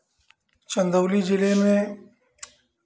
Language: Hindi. चंदौली जिले में